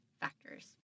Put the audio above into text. factors